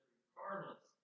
regardless